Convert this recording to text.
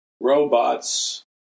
robots